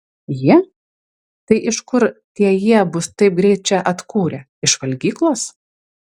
jie tai iš kur tie jie bus taip greit čia atkūrę iš valgyklos